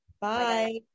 Bye